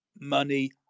Money